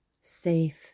safe